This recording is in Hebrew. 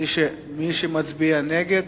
ומי שמצביע נגד,